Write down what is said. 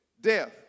death